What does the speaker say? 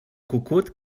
cucut